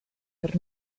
per